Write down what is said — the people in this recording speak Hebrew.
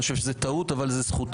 אני חושב שזה טעות, אבל זו זכותם.